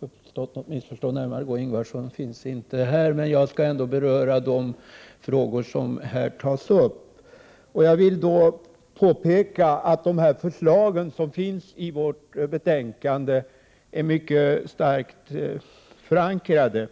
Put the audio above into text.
uppstått något missförstånd, eftersom Margöé Ingvardsson inte finns i kammaren. Jag skall ändå beröra de frågor som behandlas. Jag vill betona att de förslag som utskottet lägger fram i betänkandet är mycket starkt förankrade.